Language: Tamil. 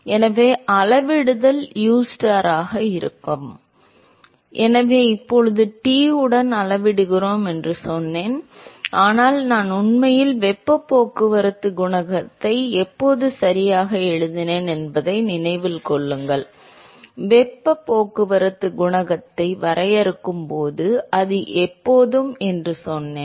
எனவே அளவிடுதல் Ustar ஆக இருக்கும் எனவே இப்போது T உடன் அளவிடுகிறோம் என்று சொன்னேன் ஆனால் நாம் உண்மையில் வெப்பப் போக்குவரத்துக் குணகத்தை எப்போது சரியாக எழுதினோம் என்பதை நினைவில் கொள்ளுங்கள் வெப்பப் போக்குவரத்து குணகத்தை வரையறுக்கும் போது அது எப்போதும் என்று சொன்னோம்